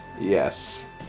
Yes